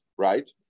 Right